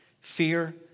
Fear